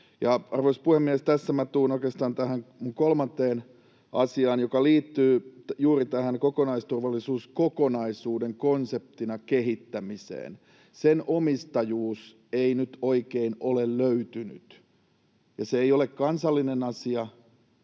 Arvoisa puhemies! Tässä minä tulen oikeastaan tähän kolmanteen asiaan, joka liittyy juuri tähän kokonaisturvallisuuskokonaisuuden konseptina kehittämiseen. Sen omistajuus ei nyt oikein ole löytynyt, ja se ei ole kansallinen asia